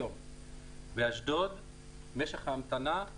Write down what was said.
באשדוד משך ההמתנה הוא